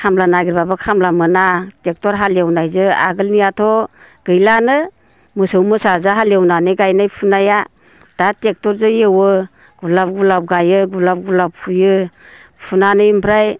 खामला नागिरबाबो खामला मोना टेक्ट'र हालेवनायजों आगोलनियाथ' गैलानो मोसौ मोसाजों हालेवनानै गायनाय फुनाया दा टेक्ट'रजों एवो गुलाब गुलाब गायो गुलाब गुलाब फुयो फुनानै ओमफ्राय